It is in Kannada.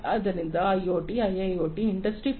ಆದ್ದರಿಂದ ಐಒಟಿ ಐಐಒಟಿ ಇಂಡಸ್ಟ್ರಿ 4